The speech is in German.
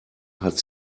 hat